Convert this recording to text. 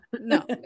no